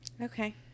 okay